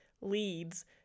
leads